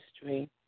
history